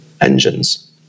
engines